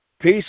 Peace